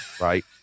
right